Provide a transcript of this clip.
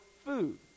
food